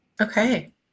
Okay